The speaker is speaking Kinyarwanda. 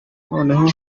noneho